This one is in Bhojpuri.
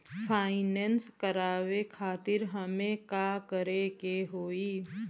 फाइनेंस करावे खातिर हमें का करे के होई?